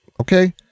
okay